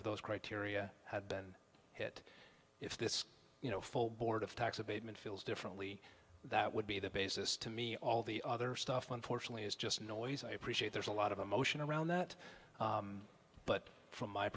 of those criteria had been hit if this you know full board of tax abatement feels differently that would be the basis to me all the other stuff unfortunately is just noise i appreciate there's a lot of emotion around that but from my